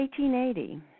1880